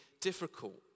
difficult